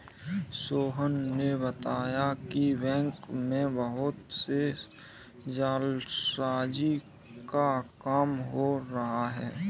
सोहन ने बताया कि बैंक में बहुत से जालसाजी का काम हो रहा है